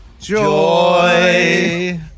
joy